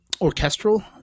orchestral